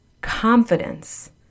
confidence